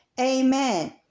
Amen